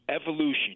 evolution